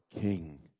king